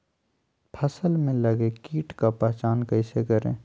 फ़सल में लगे किट का पहचान कैसे करे?